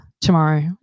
tomorrow